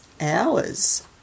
hours